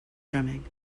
drumming